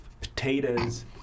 potatoes